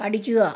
പഠിക്കുക